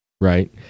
right